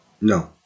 No